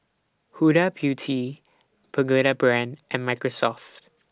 Huda Beauty Pagoda Brand and Microsoft